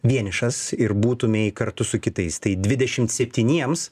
vienišas ir būtumei kartu su kitais tai dvidešim septyniems